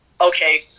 okay